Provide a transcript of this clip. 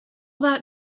that